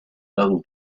southern